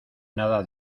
nada